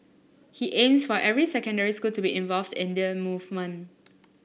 he aims for every secondary school to be involved in the movement